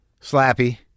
Slappy